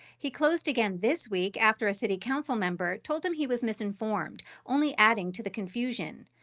he closed again this week after a city council member told him he was misinformed, only adding to the confusion.